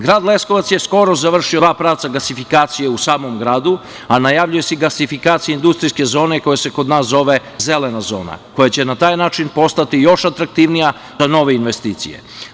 Grad Leskovac je skoro završio dva pravca gasifikacije u samom gradu, a najavljuju se i gasifiakcije industrijske zone koja se kod nas zove zelena zona, koja će na taj način postati još atraktivnija za nove investicije.